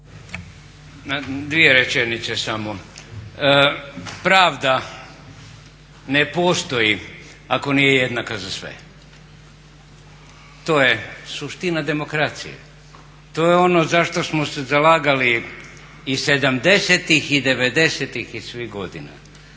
Dvije rečenice samo. Pravda ne postoji ako nije jednaka za sve, to je suština demokracije, to je ono zašto smo se zalagali i '70.-tih i '90.-tih i svih godina.